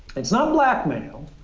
it's not blackmail.